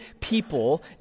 people